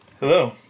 Hello